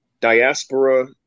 diaspora